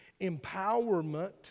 empowerment